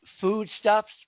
foodstuffs